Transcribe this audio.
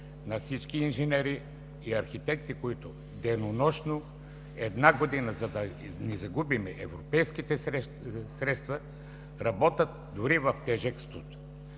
на всички инженери и архитекти, които денонощно една година, за да не загубим европейските средства, работят дори в тежък студ.